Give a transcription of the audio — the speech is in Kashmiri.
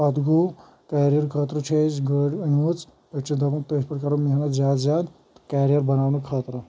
پَتہٕ گوٚو کیرِیَر خٲطر چھُ اَسہِ گٲڑۍ أنۍ مٕژ أسۍ چھِ دَپان تٔتھۍ پؠٹھ کَرو محنَت زیادٕ زیادٕ کیرِیَر بَناونہٕ خٲطرٕ